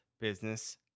business